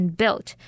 built